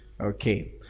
Okay